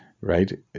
right